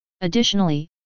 Additionally